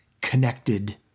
connected